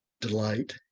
delight